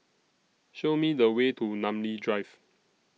Show Me The Way to Namly Drive